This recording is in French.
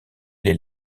les